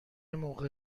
موقع